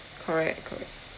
correct correct